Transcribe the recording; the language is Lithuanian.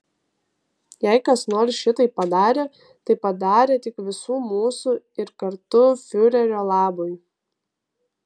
jei kas nors šitai padarė tai padarė tik visų mūsų ir kartu fiurerio labui